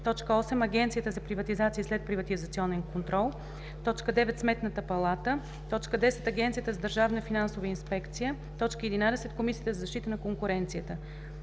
АМС“; 8. Агенцията за приватизация и следприватизационен контрол (АПСК); 9. Сметната палата; 10. Агенцията за държавна финансова инспекция (АДФИ); 11. Комисията за защита на конкуренцията